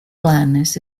blindness